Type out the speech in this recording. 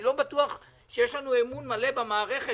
אני לא בטוח שיש לנו אמון מלא במערכת